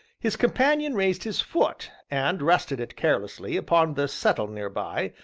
his companion raised his foot and rested it carelessly, upon the settle near by,